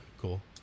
Cool